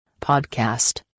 podcast